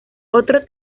otro